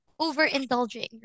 overindulging